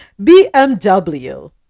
BMW